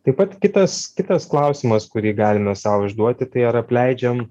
taip pat kitas kitas klausimas kurį galime sau užduoti tai ar apleidžiam